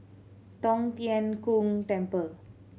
Tong Tien Kung Temple